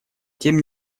тем